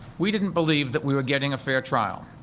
we didn't believe that we were getting a fair trial.